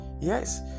yes